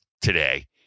today